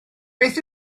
beth